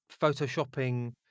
photoshopping